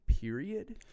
period